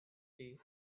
tea